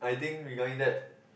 I think regarding that